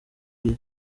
iwe